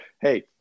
hey